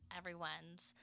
everyone's